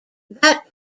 that